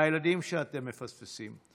והילדים שאתם מפספסים,